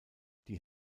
die